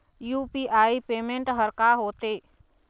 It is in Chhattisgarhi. यू.पी.आई पेमेंट हर का होते?